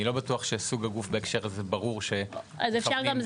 אני לא בטוח שסוג הגוף בהקשר הזה ברור --- אפשר גם,